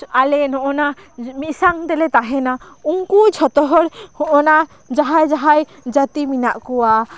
ᱟᱞᱮ ᱱᱚᱜᱼᱚ ᱱᱟ ᱢᱤᱫ ᱥᱟᱶ ᱛᱮᱞᱮ ᱛᱟᱦᱮᱱᱟ ᱩᱱᱠᱩ ᱡᱷᱚᱛᱚ ᱦᱚᱲ ᱦᱚᱸᱜᱼᱚ ᱱᱟ ᱡᱟᱦᱟᱸᱭ ᱡᱟᱦᱟᱸᱭ ᱡᱟᱹᱛᱤ ᱢᱮᱱᱟᱜ ᱠᱚᱣᱟ